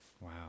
Wow